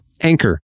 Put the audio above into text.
Anchor